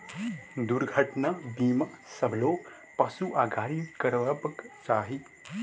दुर्घटना बीमा सभ लोक, पशु आ गाड़ी के करयबाक चाही